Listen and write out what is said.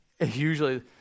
usually